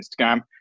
Instagram